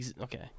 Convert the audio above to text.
Okay